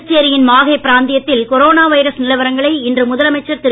புதுச்சேரியின் மாஹே பிராந்தியத்தில் corona virus நிலவரங்களை இன்று முதலமைச்சர் திரு